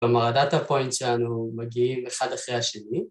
‫במרדת הפוינט שלנו מגיעים ‫אחד אחרי השני.